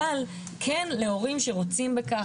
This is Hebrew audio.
אבל כן להורים שרומים בכך,